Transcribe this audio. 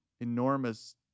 enormous